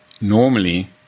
Normally